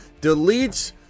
Deletes